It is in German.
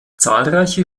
zahlreiche